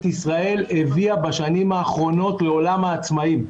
ישראל הביאה בשנים האחרונות לעולם העצמאים.